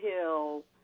Hill